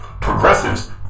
Progressives